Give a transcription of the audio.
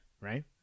Right